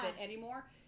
anymore